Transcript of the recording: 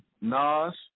Nas